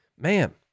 man